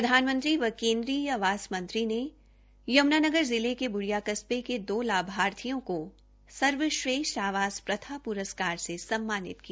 प्रधानमंत्री व केन्द्रीय आवास मंत्री ने यमुनानगर जिले के बूडिया कस्बे के दो लाभार्थियों को सर्वश्रेष्ठ आवास प्रथा प्रस्कार से सम्मानित किया